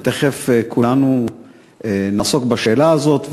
ותכף כולנו נעסוק בשאלה הזאת,